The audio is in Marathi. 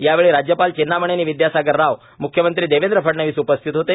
यावेळी राज्यपाल चेन्नामनेनी विदयासागर राव म्ख्यमंत्री देवेंद्र फडणवीस उपस्थित होते